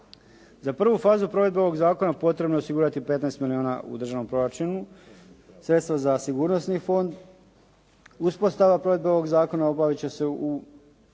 Za prvu fazu provedbe ovoga zakona potrebno je osigurati 15 milijuna u državnom proračunu sredstva za sigurnosni fond. Uspostava provedbe ovoga zakona obaviti će se u